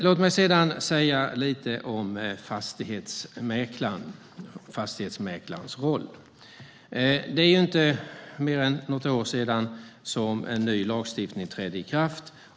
Låt mig säga lite om fastighetsmäklarens roll. Det är inte mer än något år sedan en ny lagstiftning trädde i kraft.